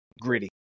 gritty